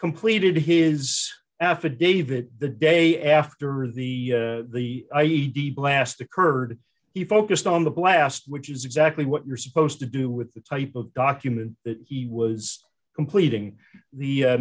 completed his affidavit the day after or the the i e d blast occurred he focused on the blast which is exactly what you're supposed to do with the type of documents that he was completing the